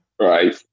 right